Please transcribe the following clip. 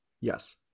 Yes